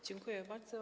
Dziękuję bardzo.